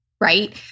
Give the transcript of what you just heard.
right